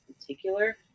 particular